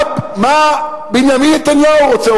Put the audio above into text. מה ראש הממשלה בנימין נתניהו רוצה?